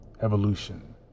evolution